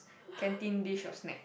canteen dish or snack